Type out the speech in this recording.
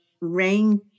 rain